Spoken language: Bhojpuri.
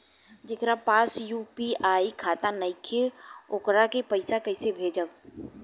जेकरा पास यू.पी.आई खाता नाईखे वोकरा के पईसा कईसे भेजब?